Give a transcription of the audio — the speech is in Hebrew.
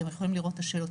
אתם יכולים לראות את השאלות.